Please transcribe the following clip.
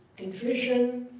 contrition,